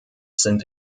sind